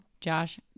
Josh